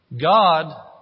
God